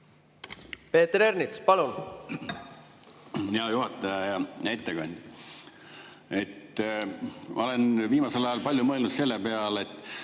Peeter Ernits, palun! Hea juhataja! Hea ettekandja! Ma olen viimasel ajal palju mõelnud selle peale, et